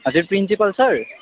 हजुर principal sir